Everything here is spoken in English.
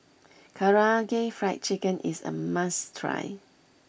Karaage Fried Chicken is a must try